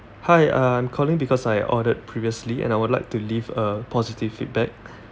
hi uh I'm calling because I ordered previously and I would like to leave a positive feedback